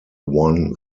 won